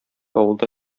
авылда